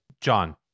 john